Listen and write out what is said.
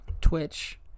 Twitch